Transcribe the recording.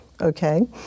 okay